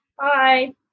Bye